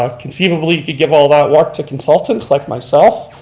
um conceivably you could give all that work to consultants, like myself,